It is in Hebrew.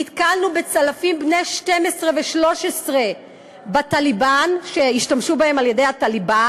נתקלנו בצלפים בני 12 ו-13 ב"טאליבן", שה"טליבאן"